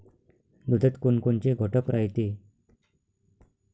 दुधात कोनकोनचे घटक रायते?